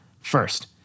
first